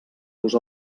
los